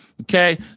Okay